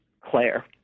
Claire